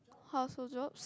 household job